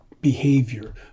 behavior